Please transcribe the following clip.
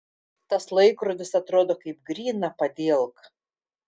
tas laikrodis atrodo kaip gryna padielka